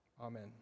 Amen